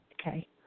Okay